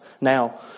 now